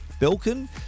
Belkin